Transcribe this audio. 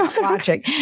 watching